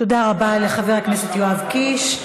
תודה רבה לחבר הכנסת יואב קיש.